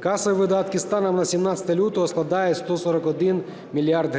Касові видатки станом на 17 лютого складають 141 мільярд